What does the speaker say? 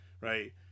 Right